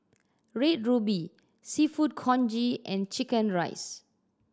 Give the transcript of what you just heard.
Red Ruby Seafood Congee and chicken rice